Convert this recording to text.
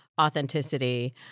authenticity